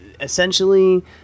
Essentially